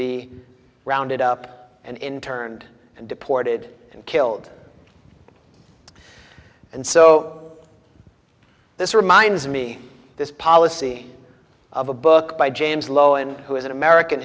be rounded up and interned and deported and killed and so this reminds me this policy of a book by james lowen who is an american